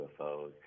UFOs